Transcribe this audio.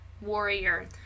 warrior